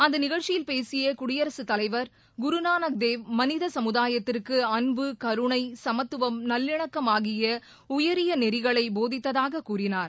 அந்த நிகழ்ச்சியில் பேசிய குடியரசுத் தலைவர் குருநானக் தேவ் மனித சமுதாயத்திற்கு அன்பு கருணை சமத்துவம் நல்லிணக்கம் ஆகிய உயரிய நன்னெறிகளை போதித்ததாகக் கூறினார்